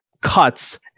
cuts